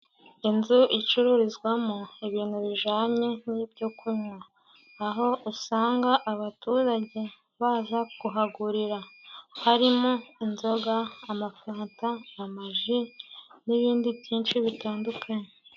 Inzu icururizwamo ibintu bijanye n'ibyo kunywa aho usanga abaturage baza kuhagurira harimo inzoga, amafanta, amaji n'ibindi byinshi bitandukanye.